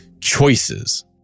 choices